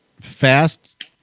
Fast